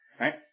right